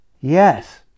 Yes